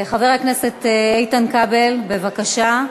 חבר הכנסת איתן כבל, בבקשה.